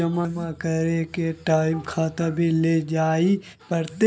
जमा करे के टाइम खाता भी लेके जाइल पड़ते?